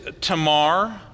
Tamar